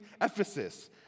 Ephesus